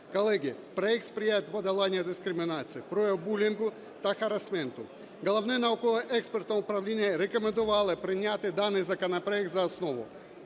Колеги, проект сприятиме подоланню дискримінації, проявів булінгу та харасменту. Головне науково-експертне управління рекомендувало прийняти даний законопроект за основу.